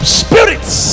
spirits